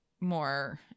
more